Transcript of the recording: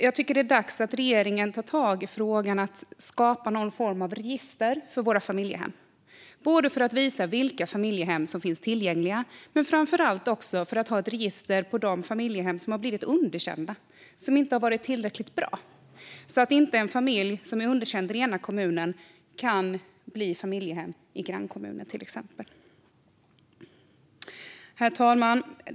Jag tycker att det är dags att regeringen tar tag i frågan om att skapa någon form av register för våra familjehem, både för att visa vilka familjehem som finns tillgängliga och, framför allt, för att ha ett register över de familjehem som har blivit underkända och som inte har varit tillräckligt bra, så att en familj som är underkänd i den ena kommunen inte kan bli familjehem till exempel i grannkommunen. Herr talman!